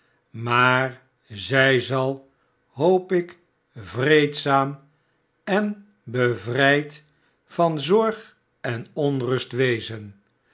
maar zij zal hoop ik vreedzaam en bevrijd van zorg en onrust wezen